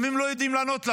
גם הם לא יודעים לענות לנו.